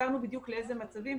והסברנו בדיוק באיזה מצבים.